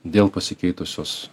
dėl pasikeitusios